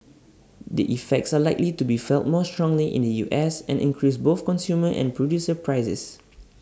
the effects are likely to be felt more strongly in the us and increase both consumer and producer prices